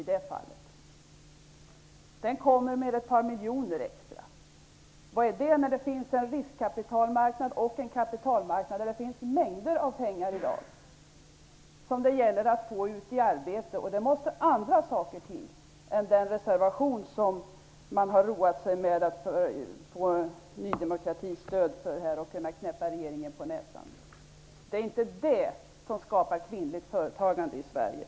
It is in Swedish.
Den innebär att man kommer med ett par miljoner extra. Vad är det när det i dag finns en riskkapitalmarknad och en kapitalmarknad med mängder med pengar? Det gäller att få dem ut i arbete. Det måste andra saker till än den reservation som man har roat sig med att söka stöd för hos Ny demokrati för att kunna knäppa regeringen på näsan. Det är inte det som skapar kvinnligt företagande i Sverige.